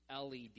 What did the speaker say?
LED